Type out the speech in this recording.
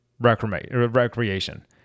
recreation